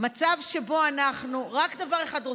מצב שבו אנחנו רק דבר אחד רוצים: